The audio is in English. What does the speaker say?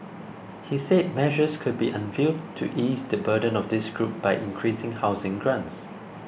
he said measures could be unveiled to ease the burden of this group by increasing housing grants